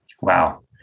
Wow